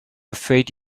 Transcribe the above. afraid